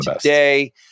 today